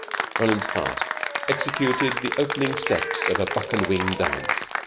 roland's heart executed the opening steps of a buck-and-wing dance.